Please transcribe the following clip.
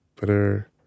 Better